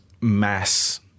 mass